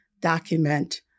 document